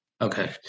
Okay